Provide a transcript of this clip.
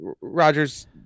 Rogers